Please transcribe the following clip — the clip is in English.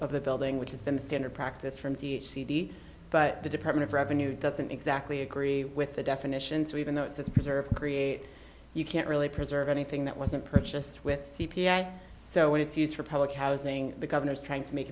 of the building which has been the standard practice from the cd but the department of revenue doesn't exactly agree with the definition so even though it's preserved create you can't really preserve anything that wasn't purchased with c p i so when it's used for public housing the governor is trying to make